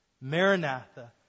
Maranatha